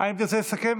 האם תרצה לסכם